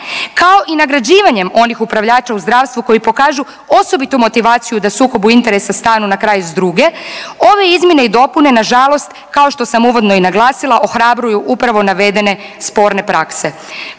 kao i nagrađivanjem onih upravljača u zdravstvu koji pokažu osobitu motivaciju da sukobu interesa stanu na kraj s druge, ove izmjene i dopune na žalost kao što sam uvodno i naglasila ohrabruju upravo navedene sporne prakse.